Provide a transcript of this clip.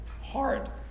hard